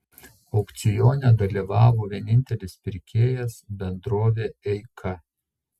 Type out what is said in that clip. aukcione dalyvavo vienintelis pirkėjas bendrovė eika